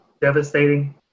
devastating